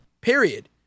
period